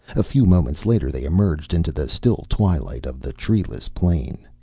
a few moments later they emerged into the still twilight of the treeless plain.